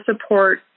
support